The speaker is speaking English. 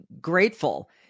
grateful